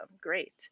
Great